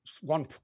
one